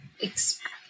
expect